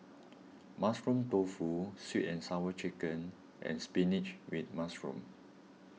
Mushroom Tofu Sweet and Sour Chicken and Spinach with Mushroom